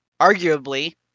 arguably